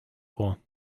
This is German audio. vor